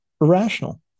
Irrational